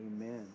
Amen